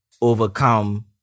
overcome